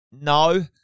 No